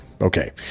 Okay